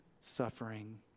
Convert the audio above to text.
suffering